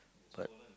but